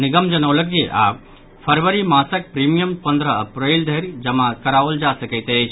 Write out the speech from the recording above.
निगम जनौलक जे आब फरवरी मासक प्रीमियम पन्द्रह अप्रैल धरि जमा कराओल जा सकैत अछि